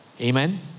Amen